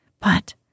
But